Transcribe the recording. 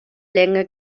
länge